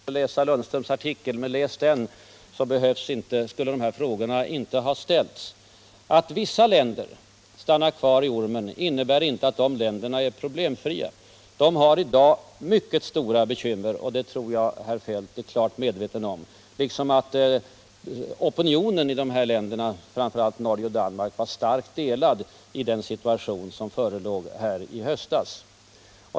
Herr talman! Nu har inte herr Feldt haft tid att läsa Lundströms artikel. Om han läst den hade de här frågorna inte behövt ställas. Att vissa länder stannar kvar i ormen innebär inte att de länderna är problemfria. De har i dag mycket stora bekymmer, och det tror jag herr Feldt är klart medveten om, liksom om att opinionen i de här länderna — framför allt i Norge och Danmark — var starkt delad i den situation som förelåg i höstas.